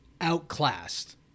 outclassed